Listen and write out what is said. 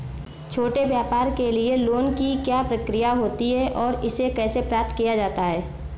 छोटे व्यापार के लिए लोंन की क्या प्रक्रिया होती है और इसे कैसे प्राप्त किया जाता है?